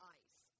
ice